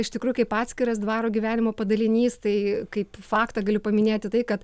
iš tikrųjų kaip atskiras dvaro gyvenimo padalinys tai kaip faktą galiu paminėti tai kad